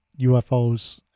UFOs